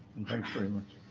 and thanks very much.